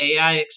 AI